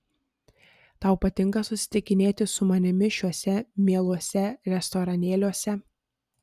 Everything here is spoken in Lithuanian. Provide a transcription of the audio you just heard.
tau patinka susitikinėti su manimi šiuose mieluose restoranėliuose